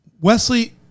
Wesley